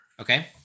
Okay